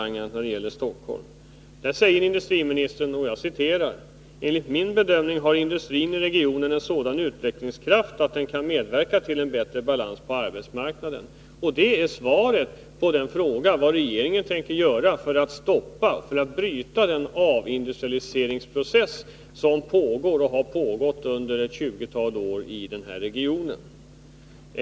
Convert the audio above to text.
Industriminis I 2 Riksdagens protokoll 1980/81:110-111 tern säger i svaret: ”Enligt min bedömning har industrin i regionen en sådan utvecklingskraft att den kan medverka till en bättre balans på arbetsmarknaden.” Det är alltså svaret på frågan vad regeringen tänker göra för att bryta den avindustrialiseringsprocess som pågår och har pågått under ett tjugotal år i den här regionen.